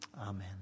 amen